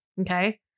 Okay